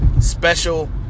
special